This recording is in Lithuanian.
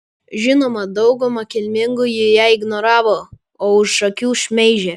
žinoma dauguma kilmingųjų ją ignoravo o už akių šmeižė